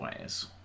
ways